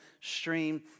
stream